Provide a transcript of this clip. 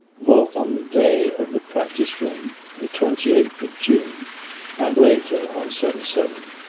both on the day of the practice-run the twenty eighth of june and later on seven seven,